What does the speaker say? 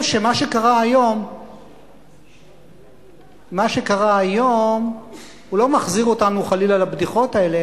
מה שקרה היום לא מחזיר אותנו חלילה לבדיחות האלה,